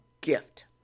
gift